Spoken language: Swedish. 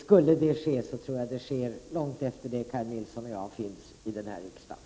Skulle det ske, tror jag att det sker långt efter det att jag och Kaj Nilsson har lämnat riksdagen.